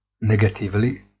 Negatively